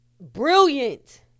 brilliant